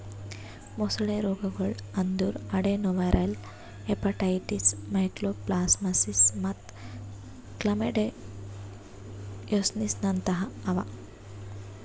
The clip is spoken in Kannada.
ಮೊಸಳೆ ರೋಗಗೊಳ್ ಅಂದುರ್ ಅಡೆನೊವೈರಲ್ ಹೆಪಟೈಟಿಸ್, ಮೈಕೋಪ್ಲಾಸ್ಮಾಸಿಸ್ ಮತ್ತ್ ಕ್ಲಮೈಡಿಯೋಸಿಸ್ನಂತಹ ಅವಾ